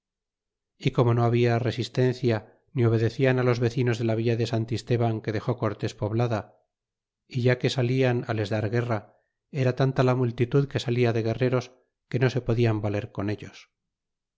y como no habla resistencia ni obedecian á los vecinos de la villa de san tisteban que dexó cortes poblada e ya que salían á les dar guerra era tanta la multitud que sala de guerreros que no se podian valer con ellos